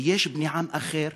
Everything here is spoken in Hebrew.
יש בני עם אחר,